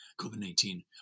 COVID-19